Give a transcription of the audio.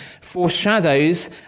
foreshadows